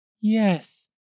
Yes